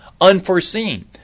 unforeseen